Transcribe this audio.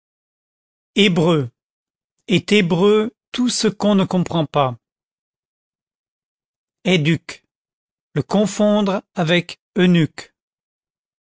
hebreu est hébreu tout ce qu'on ne comprend pas heiduque le confondre avec eunuque